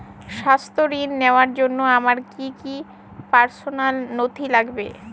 স্বাস্থ্য ঋণ নেওয়ার জন্য আমার কি কি পার্সোনাল নথি লাগবে?